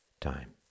time